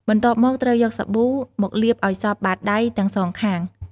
បន្ទាប់មក ត្រូវយកសាប៊ូ មកលាបឱ្យសព្វបាតដៃទាំងសងខាង។